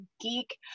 geek